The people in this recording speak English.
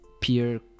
peer